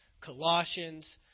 Colossians